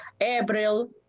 April